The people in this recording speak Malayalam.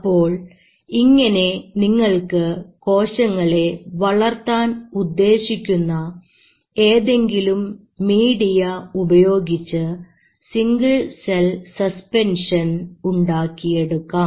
അപ്പോൾ ഇങ്ങനെ നിങ്ങൾക്ക് കോശങ്ങളെ വളർത്താൻ ഉദ്ദേശിക്കുന്ന ഏതെങ്കിലും മീഡിയ ഉപയോഗിച്ച് സിംഗിൾ സെൽ സസ്പെൻഷൻ ഉണ്ടാക്കിയെടുക്കാം